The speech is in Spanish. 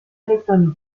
electrónico